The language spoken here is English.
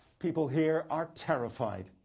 people here are terrified.